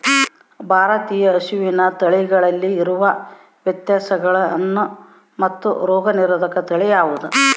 ಭಾರತೇಯ ಹಸುವಿನ ತಳಿಗಳಲ್ಲಿ ಇರುವ ವ್ಯತ್ಯಾಸಗಳೇನು ಮತ್ತು ರೋಗನಿರೋಧಕ ತಳಿ ಯಾವುದು?